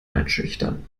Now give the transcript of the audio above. einschüchtern